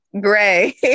Gray